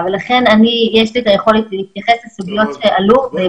לי היכולת להתייחס לסוגיות שעלו.